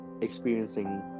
experiencing